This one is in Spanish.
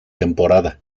temporada